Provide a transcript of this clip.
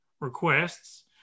requests